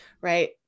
right